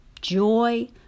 joy